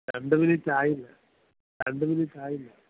രണ്ടു മിനിറ്റ് ആയില്ലാ രണ്ടു മിനിറ്റ് ആയില്ലാ